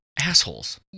Assholes